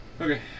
Okay